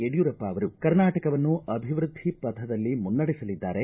ಯಡಿಯೂರಪ್ಪ ಅವರು ಕರ್ನಾಟಕವನ್ನು ಅಭಿವೃದ್ದಿ ಪಥದಲ್ಲಿ ಮುನ್ನಡೆಸಲಿದ್ದಾರೆ